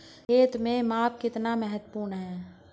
खेत में माप कितना महत्वपूर्ण है?